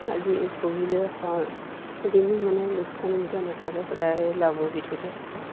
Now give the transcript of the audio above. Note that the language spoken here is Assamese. আজি এদিনো মানে লোকচানৰ ভিতৰত নাথাকে সদায় লাভৰ ভিতৰতে থাকে